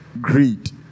Greed